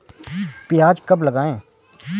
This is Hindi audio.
प्याज कब लगाएँ?